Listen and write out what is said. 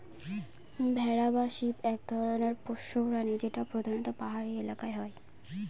ভেড়া বা শিপ এক ধরনের পোষ্য প্রাণী যেটা প্রধানত পাহাড়ি এলাকায় হয়